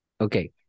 Okay